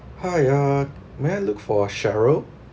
hi uh may I look for cheryl